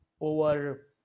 over